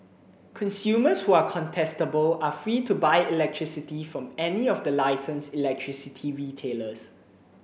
consumers who are contestable are free to buy electricity from any of the licensed electricity retailers